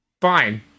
Fine